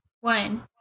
One